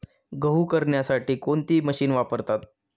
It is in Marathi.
गहू करण्यासाठी कोणती मशीन वापरतात?